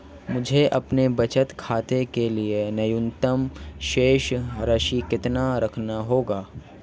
मुझे अपने बचत खाते के लिए न्यूनतम शेष राशि कितनी रखनी होगी?